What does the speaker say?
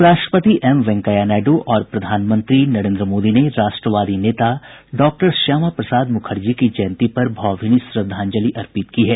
उपराष्ट्रपति एम वेंकैया नायडू और प्रधानमंत्री नरेन्द्र मोदी ने राष्ट्रवादी नेता डॉक्टर श्यामा प्रसाद मुखर्जी की जयंती पर भावभीनी श्रद्धांजलि अर्पित की है